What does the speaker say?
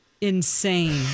insane